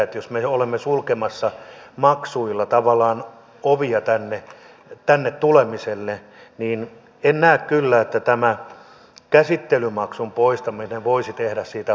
jos me olemme tavallaan sulkemassa maksuilla ovia tänne tulemiselle en kyllä näe että tämä käsittelymaksun poistaminen voisi tehdä siitä houkuttelevamman